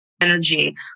energy